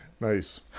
nice